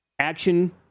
Action